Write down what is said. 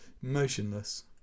motionless